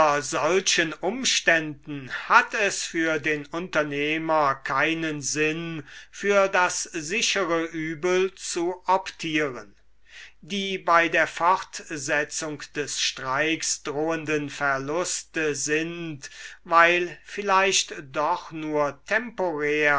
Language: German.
solchen umständen hat es für den unternehmer keinen sinn für das sichere übel zu optieren die bei der fortsetzung des streiks drohenden verluste sind weil vielleicht doch nur temporär